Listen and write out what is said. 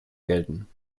gelten